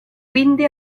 quindi